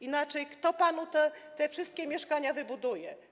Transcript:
Inaczej kto panu te wszystkie mieszkania wybuduje?